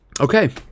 Okay